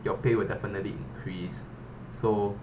your pay will definitely increase so